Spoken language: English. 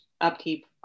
upkeep